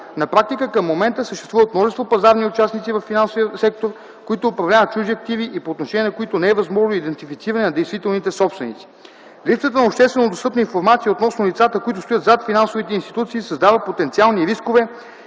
На практика към момента съществуват множество пазарни участници във финансовия сектор, които управляват чужди активи и по отношение на които не е възможно идентифициране на действителните собственици. Липсата на обществено достъпна информация относно лицата, които стоят зад финансовите институции, създава потенциални рискове